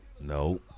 no